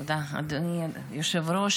תודה, אדוני היושב-ראש.